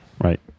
Right